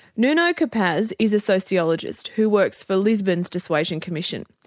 nuno capaz is a sociologist who works for lisbon's dissuasion commission.